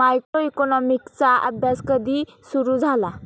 मायक्रोइकॉनॉमिक्सचा अभ्यास कधी सुरु झाला?